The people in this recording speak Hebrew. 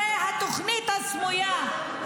זה התוכנית הסמויה.